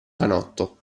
canotto